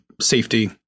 safety